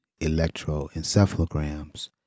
electroencephalograms